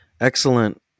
Excellent